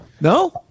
No